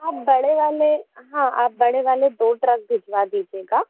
हाँ बड़े वाले हाँ आप बड़े वाले दो ट्रक भिजवा दीजिएगा